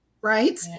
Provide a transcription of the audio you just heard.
Right